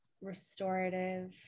restorative